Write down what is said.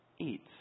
eats